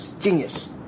Genius